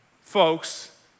folks